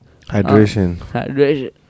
Hydration